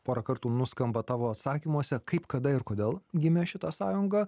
porą kartų nuskamba tavo atsakymuose kaip kada ir kodėl gimė šita sąjunga